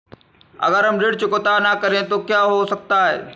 अगर हम ऋण चुकता न करें तो क्या हो सकता है?